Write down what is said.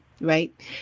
Right